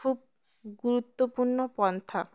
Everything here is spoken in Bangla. খুব গুরুত্বপূর্ণ পন্থা